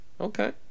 okay